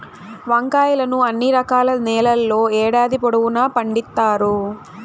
వంకాయలను అన్ని రకాల నేలల్లో ఏడాది పొడవునా పండిత్తారు